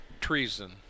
Treason